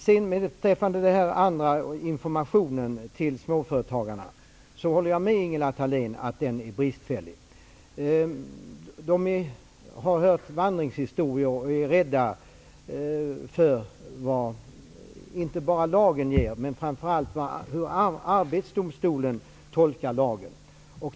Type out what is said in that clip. Jag håller med Ingela Thalén om att informationen till småföretagarna är bristfällig. De har hört vandringshistorier och är rädda, inte bara för vad lagen innebär utan framför allt för hur Arbetsdomstolen tolkar lagen.